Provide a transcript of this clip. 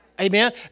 Amen